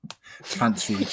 fancy